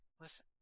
listen